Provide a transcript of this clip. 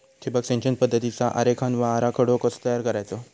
ठिबक सिंचन पद्धतीचा आरेखन व आराखडो कसो तयार करायचो?